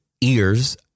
ears